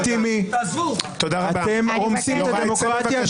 --- אתם רומסים את הכנסת.